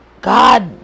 God